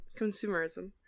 consumerism